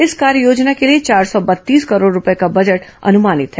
इस कार्ययोजना के लिए चार सौ बत्तीस करोड़ रूपये का बजट अनुमानित है